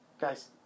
Guys